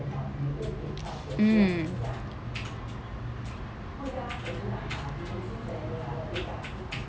mm